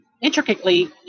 intricately